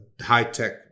high-tech